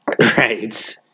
Right